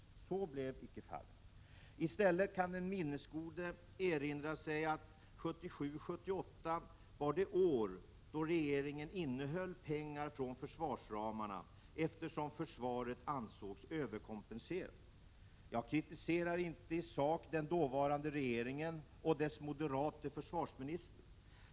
Så blev icke fallet. I stället kan den minnesgode erinra sig att 1977/78 var det år då regeringen höll inne pengar från försvarsramarna, eftersom försvaret ansågs överkompenserat. Jag kritiserar inte i sak den dåvarande regeringen och dess moderate försvarsminister.